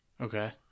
Okay